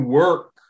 work